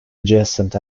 adjacent